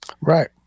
Right